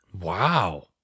Wow